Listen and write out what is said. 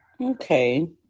Okay